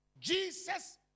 Jesus